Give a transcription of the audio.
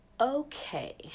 Okay